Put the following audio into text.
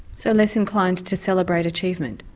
so less inclined to celebrate achievement?